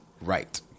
Right